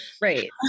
right